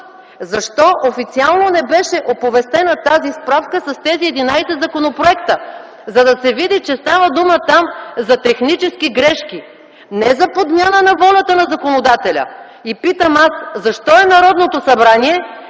Защо официално не беше оповестена тази справка с тези 11 законопроекта, за да се види, че там става дума за технически грешки, не за подмяна на волята на законодателя? Питам аз: защо е Народното събрание,